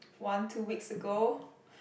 one two weeks ago